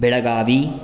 Belagavi